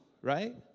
right